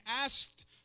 asked